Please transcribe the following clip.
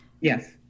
Yes